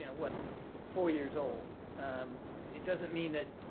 yeah what, four years old it doesn't mean that